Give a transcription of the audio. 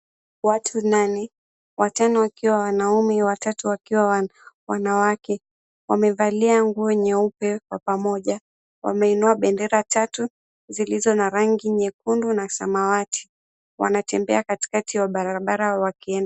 Watu nane, watano wakiwa wanaumme, watatu wakiwa wanawake, wamevalia nguo nyeupe, kwa pamoja wameinua bendera tatu zilizo na rangi nyekundu na samawati, wanatembea kati kati ya bara bara wakienda.